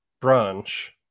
branch